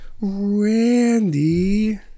Randy